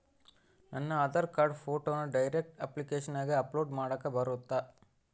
ನನ್ನ ಆಧಾರ್ ಕಾರ್ಡ್ ಫೋಟೋನ ಡೈರೆಕ್ಟ್ ಅಪ್ಲಿಕೇಶನಗ ಅಪ್ಲೋಡ್ ಮಾಡಾಕ ಬರುತ್ತಾ?